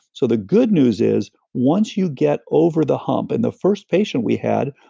so the good news is, once you get over the hump, and the first patient we had,